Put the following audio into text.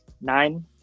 Nine